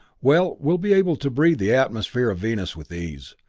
well, we'll be able to breathe the atmosphere of venus with ease.